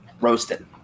Roasted